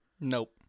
Nope